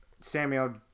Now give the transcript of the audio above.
Samuel